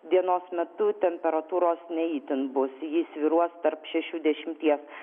dienos metu temperatūros ne itin bus ji svyruos tarp šešių dešimties